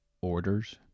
orders